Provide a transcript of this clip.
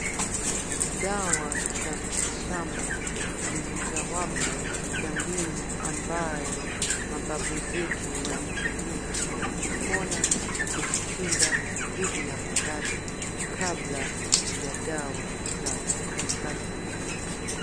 Dawa za miti shamba ni mojawapo ya mbinu ambayo mababu zetu walitumia kupona na kujikinga dhidi ya maradhi, kabla ya dawa za kisasa kufika.